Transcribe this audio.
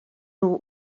nhw